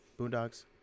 Boondocks